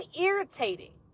irritating